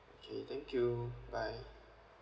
okay thank you bye